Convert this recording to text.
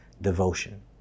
devotion